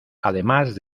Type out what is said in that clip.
además